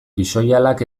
pixoihalak